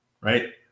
right